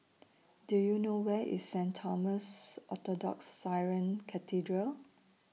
Do YOU know Where IS Saint Thomas Orthodox Syrian Cathedral